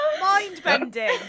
Mind-bending